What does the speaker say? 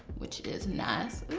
which is nice. oh,